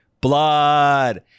blood